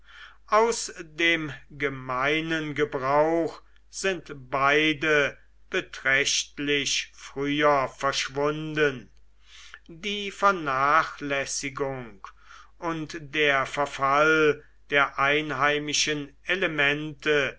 aus dem gemeinen gebrauch sind beide beträchtlich früher verschwunden die vernachlässigung und der verfall der einheimischen elemente